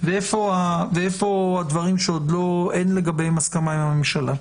ומה הם הדברים שאין לגביהם הסכמה עם הממשלה?